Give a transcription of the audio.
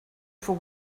for